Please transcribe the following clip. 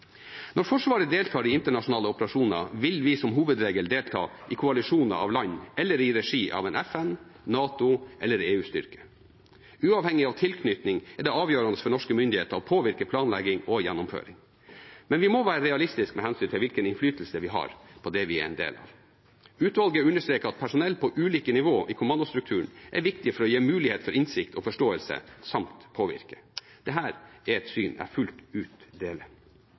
Når Forsvaret deltar i internasjonale operasjoner, vil vi som hovedregel delta i koalisjoner av land eller i regi av en FN-, NATO- eller EU-styrke. Uavhengig av tilknytning er det avgjørende for norske myndigheter å påvirke planlegging og gjennomføring. Men vi må være realistiske med hensyn til hvilken innflytelse vi har på det vi er en del av. Utvalget understreker at personell på ulike nivåer i kommandostrukturen er viktig for å gi mulighet for innsikt og forståelse samt for å påvirke. Dette er et syn jeg fullt ut deler.